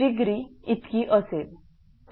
6° इतकी असेल